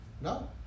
No